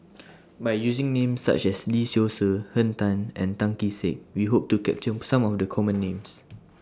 By using Names such as Lee Seow Ser Henn Tan and Tan Kee Sek We Hope to capture Some of The Common Names